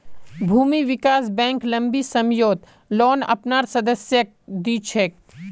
भूमि विकास बैंक लम्बी सम्ययोत लोन अपनार सदस्यक दी छेक